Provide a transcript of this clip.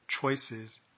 choices